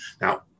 Now